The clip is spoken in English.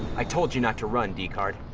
i told you not to run, decard.